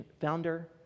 founder